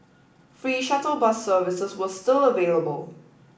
free shuttle bus services were still available